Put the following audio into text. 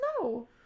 No